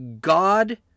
God